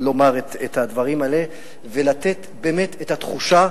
לומר את הדברים האלה ולתת באמת את התחושה,